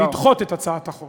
לדחות את הצעת החוק.